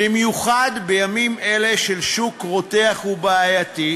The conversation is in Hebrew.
במיוחד בימים אלה של שוק רותח ובעייתי,